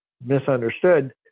misunderstood